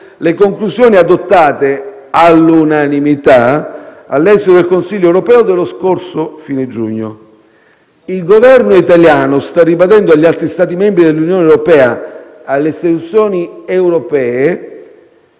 le conclusioni adottate, all'unanimità, all'esito del Consiglio europeo dello scorso fine giugno. Il Governo italiano sta ribadendo agli altri Stati membri dell'Unione europea e alle istituzioni europee